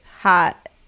hot